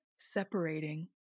separating